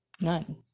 None